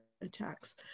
Attacks